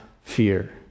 fear